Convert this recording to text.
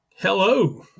hello